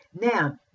Now